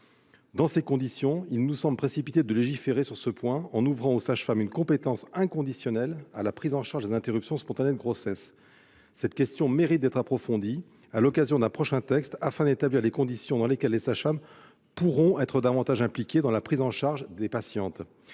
Dans ces conditions, il semble précipité de légiférer sur ce point en ouvrant aux sages-femmes une compétence inconditionnelle à prendre en charge les interruptions spontanées de grossesse. Cette question mérite d'être approfondie à l'occasion d'un prochain texte afin d'établir les conditions dans lesquelles les sages-femmes pourront être davantage impliquées dans la prise en charge des patientes.